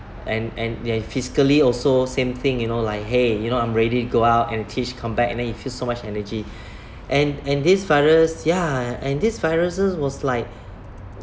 and and they're physically also same thing you know like !hey! you know I'm ready to go out and teach coem back and then you feel so much energy and and this virus ya and these viruses was like